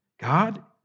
God